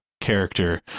character